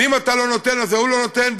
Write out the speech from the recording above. ואם אתה לא נותן ההוא לא נותן?